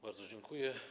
Bardzo dziękuję.